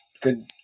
good